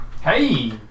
Hey